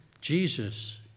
Jesus